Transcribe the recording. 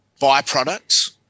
byproducts